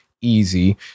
Easy